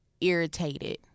irritated